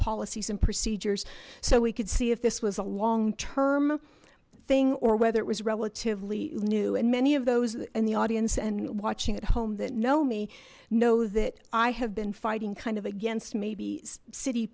policies and procedures so we could see if this was a long term thing or whether it was relatively new and many of those in the audience and watching at home that know me know that i have been fighting kind of against maybe city